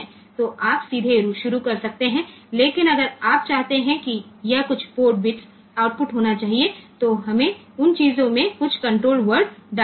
तो आप सीधे शुरू कर सकते हैं लेकिन अगर आप चाहते हैं कि यह कुछ पोर्ट बिट्स आउटपुट होना चाहिए तो हमें उन चीजों में कुछ कण्ट्रोल वर्ड डालना होगा